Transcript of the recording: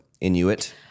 Inuit